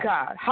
God